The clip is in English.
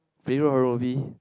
favourite horror movie